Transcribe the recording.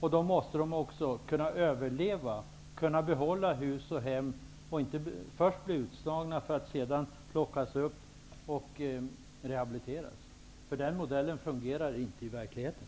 och då måste de också kunna behålla hus och hem. Man skall inte först slå ut dem och sedan plocka upp dem för rehabilitering. Den modellen fungerar inte i verkligheten.